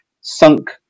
sunk